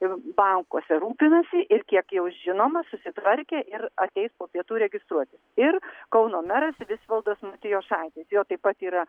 bankuose rūpinasi ir kiek jau žinoma susitvarkė ir ateis po pietų registruotis ir kauno meras visvaldas matijošaitis jo taip pat yra